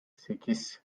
sekiz